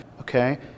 Okay